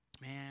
Man